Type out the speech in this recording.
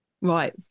Right